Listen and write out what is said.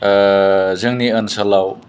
जोंनि ओनसोलाव